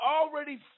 already